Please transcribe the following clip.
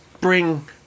bring